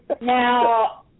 Now